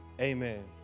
Amen